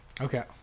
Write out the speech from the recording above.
Okay